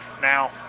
now